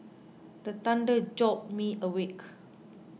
the thunder jolt me awake